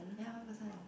ya one person